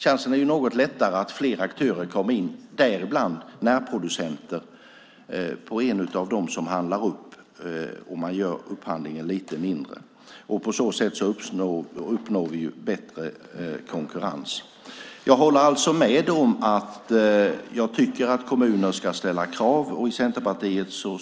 Chansen är större att fler aktörer kommer in i upphandlingen, däribland närproducenter, om man gör den lite mindre. På så sätt får vi bättre konkurrens. Jag håller med om att kommuner ska ställa krav.